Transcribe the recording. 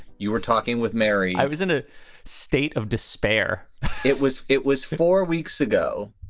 you were talking with mary i was in a state of despair it was it was four weeks ago.